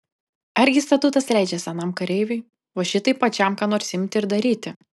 argi statutas leidžia senam kareiviui va šitaip pačiam ką nors imti ir daryti